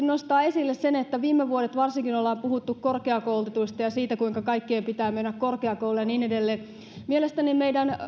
nostaa esille sen että viime vuodet varsinkin ollaan puhuttu korkeakoulutetuista ja siitä kuinka kaikkien pitää mennä korkeakouluun ja niin edelleen mielestäni